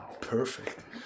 perfect